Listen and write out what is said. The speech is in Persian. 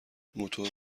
موتورا